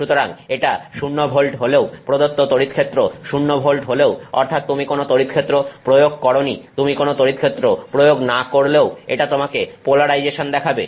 সুতরাং এটা 0 ভোল্ট হলেও প্রদত্ত তড়িৎক্ষেত্র 0 ভোল্ট হলেও অর্থাৎ তুমি কোন তড়িৎক্ষেত্র প্রয়োগ করোনি তুমি কোন তড়িৎক্ষেত্র প্রয়োগ না করলেও এটা তোমাকে পোলারাইজেশন দেখাবে